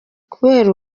kubera